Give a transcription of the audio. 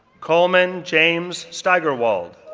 coleman james steigerwald,